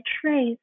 trace